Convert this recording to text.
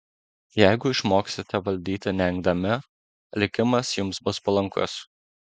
jeigu išmoksite valdyti neengdami likimas jums bus palankus